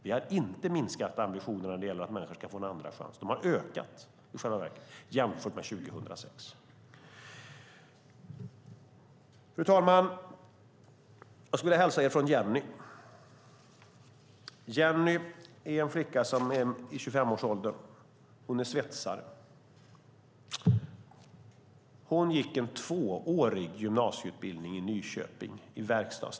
Vi har inte minskat ambitionerna när det gäller att människor ska få en andra chans. De har i själva verket ökat jämfört med 2006. Fru talman! Jag skulle vilja hälsa er från Jenny. Det är en flicka i 25-årsåldern. Hon är svetsare. Hon gick en tvåårig gymnasieutbildning i verkstadsteknik i Nyköping.